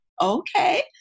okay